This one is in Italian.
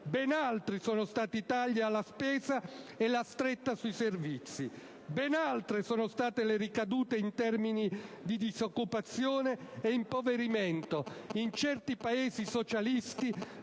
Ben altri sono stati i tagli alla spesa e le strette sui servizi. Ben altre sono state le ricadute in termini di disoccupazione e impoverimento in certi Paesi socialisti